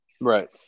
Right